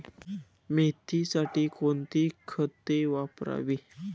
मेथीसाठी कोणती खते वापरावी?